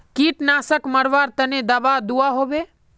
कीटनाशक मरवार तने दाबा दुआहोबे?